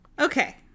Okay